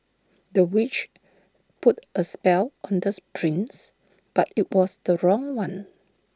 the witch put A spell on this prince but IT was the wrong one